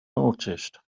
noticed